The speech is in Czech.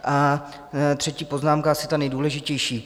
A třetí poznámka, asi ta nejdůležitější.